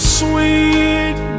sweet